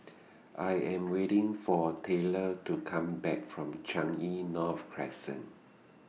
I Am waiting For Taylor to Come Back from Changi North Crescent